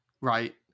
right